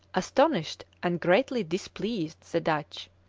astonished and greatly displeased the dutch.